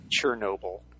Chernobyl